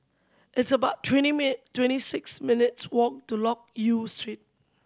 it's about twenty twenty six minutes' walk to Loke Yew Street